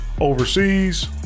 overseas